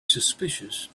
suspicious